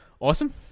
Awesome